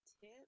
tip